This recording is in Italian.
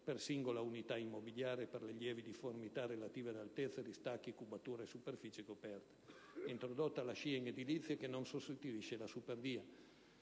per singola unità immobiliare per le lievi difformità relative ad altezza, distacchi, cubatura o superficie coperta: è introdotta la SCIA in edilizia, che non sostituisce la super